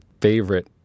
favorite